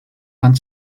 fan